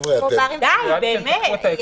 די, באמת.